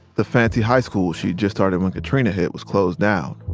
the fancy high school she'd just started when katrina hit was closed down.